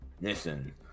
Listen